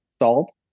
salt